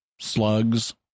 slugs